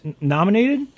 nominated